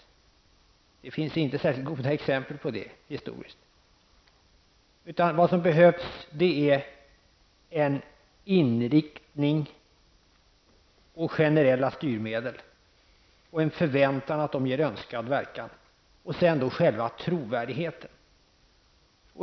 Historiskt finns det inte särskilt goda exempel på det. Vad som behövs är en inriktning, generella styrmedel, en förväntan att de ger önskad verkan och själva trovärdigheten.